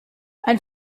ein